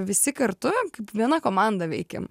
visi kartu viena komanda veikėm